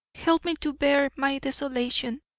help me to bear my desolation,